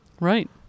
Right